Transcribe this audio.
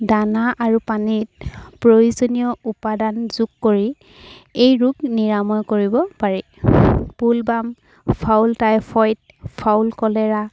দানা আৰু পানীত প্ৰয়োজনীয় উপাদান যোগ কৰি এই ৰোগ নিৰাময় কৰিব পাৰি পুল বাম ফাউল টাইফইড ফাউল কলেৰা